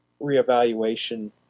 reevaluation